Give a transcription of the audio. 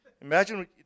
Imagine